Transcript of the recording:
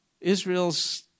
Israel's